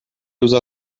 usa